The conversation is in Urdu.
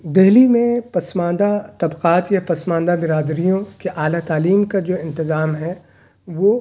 دہلی میں پسماندہ طبقات یا پسماندہ برادریوں کے اعلیٰ تعلیم کا جو انتظام ہے وہ